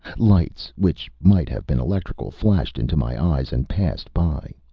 lights, which might have been electrical, flashed into my eyes and passed by.